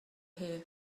here